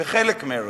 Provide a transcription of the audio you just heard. בחלק מארץ-ישראל,